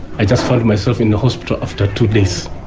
i just found myself in the hospital after two days.